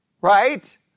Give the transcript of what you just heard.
right